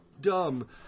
dumb